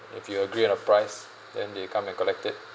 if you agree on a price then they come and collect it